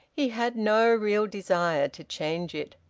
he had no real desire to change it.